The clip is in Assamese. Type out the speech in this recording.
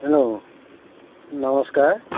হেল্ল' নমস্কাৰ